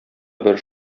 бер